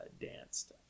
danced